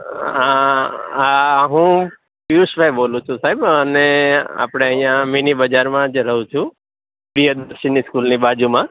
હા હું પિયુષ ભાઈ બોલું છું સાહેબ અને આપણે અહીં મિનિબજારમાં જ રહું છું પીએમસી સ્કૂલની બાજુમાં